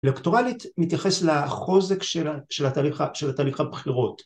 ‫לקטורלית מתייחס לחוזק ‫של התהליך הבחירות.